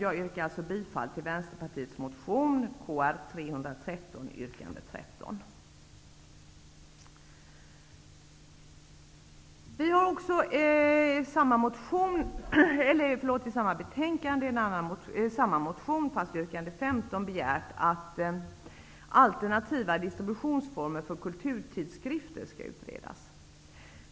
Således yrkar jag bifall till Vänsterpartiets motion I samma motion, men det gäller då yrkande 15, begär vi att frågan om alternativa distributionsformer för kulturtidskrifter skall utredas.